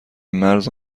مرز